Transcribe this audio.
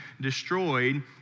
destroyed